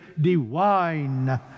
divine